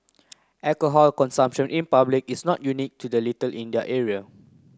alcohol consumption in public is not unique to the Little India area